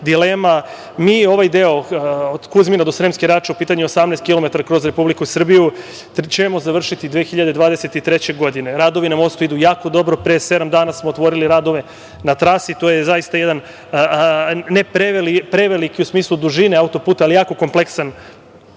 Mi ovaj deo od Kuzmina do Sremske Rače, u pitanju je 18 km kroz Republiku Srbiju, ćemo završiti 2023. godine. Radovi na mostu idu jako dobro. Pre sedam dana smo otvorili radove na trasi. To je zaista jedan ne preveliki, u smislu dužine auto-puta, ali jako kompleksan